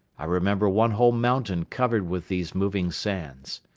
i remember one whole mountain covered with these moving sands.